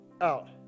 out